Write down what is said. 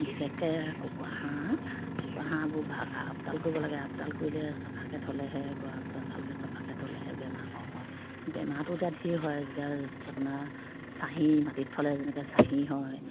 বিশেষকৈ কুকুৰা হাঁহ কুকুৰা হাঁহবোৰ ভা আপাডাল কৰিব লাগে আপডাল কৰিলে চফাকৈ থলেহে গঁৰাল চৰাল ভালকৈ চফাকৈ থ'লেহে বেমাৰ কম হয় বেমাৰটো এতিয়া ধেৰ হয় যে আপোনাৰ চাহী মাটিত থলে যেনেকৈ চাহী হয়